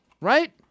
Right